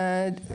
משפטי.